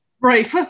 Right